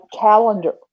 calendar